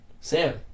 Sam